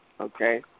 okay